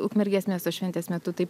ukmergės miesto šventės metu taip